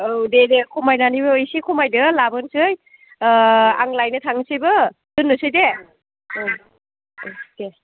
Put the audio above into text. औ दे दे खमायनानैबो एसे खमायदो लाबोनोसै आं लायनो थांनोसैबो दोननोसै दे ओं ओं दे